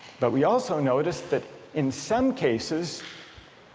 but we also noticed that in some cases